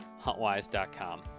huntwise.com